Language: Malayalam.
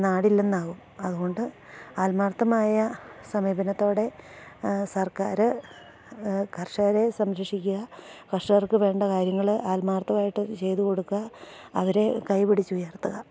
നാടില്ലെന്നാകും അതു കൊണ്ട് ആത്മാർത്ഥമായ സമീപനത്തോടെ സർക്കാർ കർഷകരെ സംരക്ഷിക്കുക കർഷകർക്കു വേണ്ട കാര്യങ്ങൾ ആത്മാർത്ഥമായിട്ടത് ചെയ്തു കൊടുക്കുക അവരെ കൈ പിടിച്ചുയർത്തുക